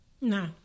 No